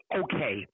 okay